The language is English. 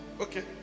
Okay